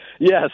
Yes